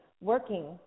working